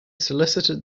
solicited